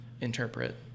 interpret